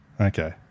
Okay